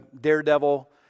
daredevil